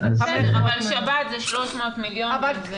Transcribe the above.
אבל שבת זה 300 מיליון.